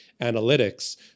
analytics